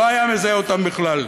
לא היה מזהה אותם בכלל.